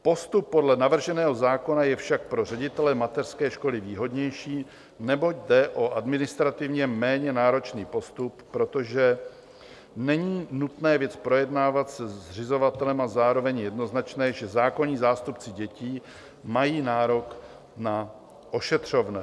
Postup podle navrženého zákona je však pro ředitele mateřské školy výhodnější, neboť jde o administrativně méně náročný postup, protože není nutné věc projednávat se zřizovatelem, a zároveň je jednoznačné, že zákonní zástupci dětí mají nárok na ošetřovné.